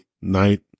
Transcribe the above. night